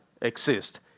exist